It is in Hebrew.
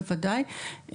בוודאי,